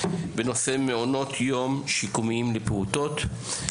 בנושא מעונות יום שיקומיים לפעוטות.